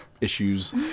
issues